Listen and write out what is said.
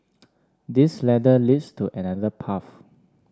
this ladder leads to another path